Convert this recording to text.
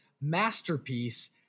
masterpiece